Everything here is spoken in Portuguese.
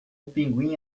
pinguim